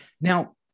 Now